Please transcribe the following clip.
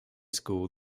school